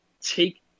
take